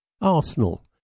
Arsenal